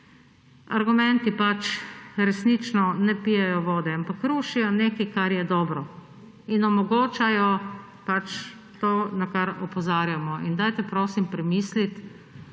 argumenti resnično ne pijejo vode, ampak rušijo nekaj, kar je dobro, in omogočajo to, na kar opozarjamo.